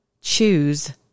choose